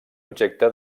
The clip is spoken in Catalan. objecte